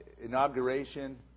inauguration